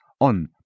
on